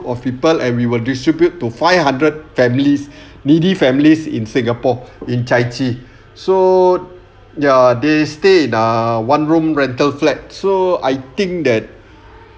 of people and we will distribute to five hundred families needy families in singapore in chai chee so ya they stay in ah one room rental flat so I think that